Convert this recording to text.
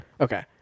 Okay